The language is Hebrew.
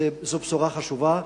זו בשורה חשובה.